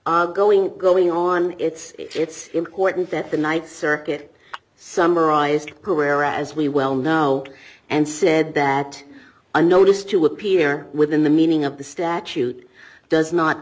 are going going on it's important that the night circuit summarized where as we well know and said that a notice to appear within the meaning of the statute does not